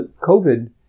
COVID